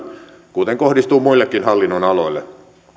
kuten kohdistuu muillekin hallinnonaloille